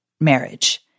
marriage